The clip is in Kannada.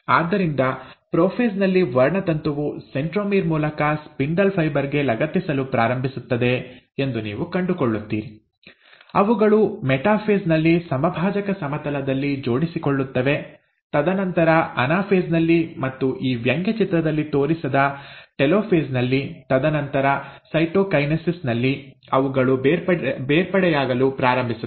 ಆದ್ದರಿಂದ ಪ್ರೊಫೇಸ್ ನಲ್ಲಿ ವರ್ಣತಂತುವು ಸೆಂಟ್ರೊಮೀರ್ ಮೂಲಕ ಸ್ಪಿಂಡಲ್ ಫೈಬರ್ ಗೆ ಲಗತ್ತಿಸಲು ಪ್ರಾರಂಭಿಸುತ್ತದೆ ಎಂದು ನೀವು ಕಂಡುಕೊಳ್ಳುತ್ತೀರಿ ಅವುಗಳು ಮೆಟಾಫೇಸ್ ನಲ್ಲಿ ಸಮಭಾಜಕ ಸಮತಲದಲ್ಲಿ ಜೋಡಿಸಿಕೊಳ್ಳುತ್ತವೆ ತದನಂತರ ಅನಾಫೇಸ್ ನಲ್ಲಿ ಮತ್ತು ಈ ವ್ಯಂಗ್ಯಚಿತ್ರದಲ್ಲಿ ತೋರಿಸದ ಟೆಲೋಫೇಸ್ ನಲ್ಲಿ ತದನಂತರ ಸೈಟೊಕೈನೆಸಿಸ್ ನಲ್ಲಿ ಅವುಗಳು ಬೇರ್ಪಡೆಯಾಗಲು ಪ್ರಾರಂಭಿಸುತ್ತವೆ